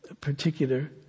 particular